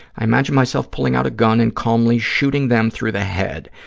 i imagine myself pulling out a gun and calmly shooting them through the head.